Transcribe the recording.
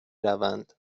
روند